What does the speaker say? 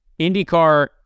indycar